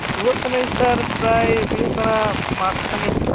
ᱨᱩᱣᱟᱹᱜ ᱠᱟᱹᱱᱟᱹᱧ ᱥᱟᱨ ᱯᱨᱟᱭ ᱦᱩᱭᱩᱜ ᱠᱟᱱᱟ ᱢᱟᱥ ᱠᱷᱟᱱᱮᱠ